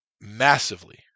massively